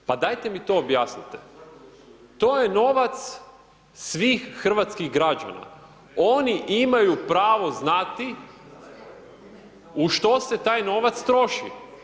Pa dajte mi to objasnite, to je novac svih hrvatskih građana, oni imaju pravo znati u što se taj novac troši.